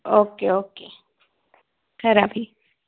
okay okay खरा भी